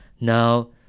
now